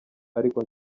ariko